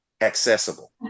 accessible